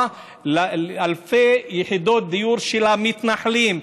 אלפי יחידות דיור של המתנחלים,